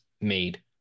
made